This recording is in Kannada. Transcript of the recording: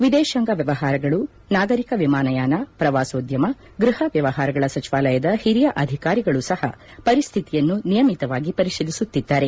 ವಿದೇಶಾಂಗ ವ್ಯವಹಾರಗಳು ನಾಗರಿಕ ವಿಮಾನಯಾನ ಪ್ರವಾಸೋದ್ಯಮ ಗೃಹ ವ್ಯವಹಾರಗಳ ಸಚಿವಾಲಯದ ಹಿರಿಯ ಅಧಿಕಾರಿಗಳೂ ಸಹ ಪರಿಸ್ಹಿತಿಯನ್ನು ನಿಯಮಿತವಾಗಿ ಪರಿಶೀಲಿಸುತ್ತಿದ್ದಾರೆ